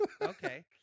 Okay